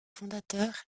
fondateur